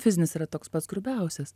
fizinis yra toks pats grubiausias